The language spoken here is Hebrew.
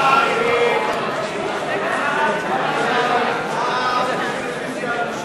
ההסתייגות של חברי הכנסת משה גפני ומיקי